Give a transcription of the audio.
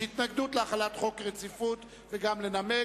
התנגדות להחלת דין רציפות וגם לנמק.